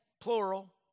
plural